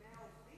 100 עובדים?